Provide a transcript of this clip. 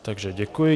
Takže děkuji.